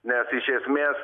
nes iš esmės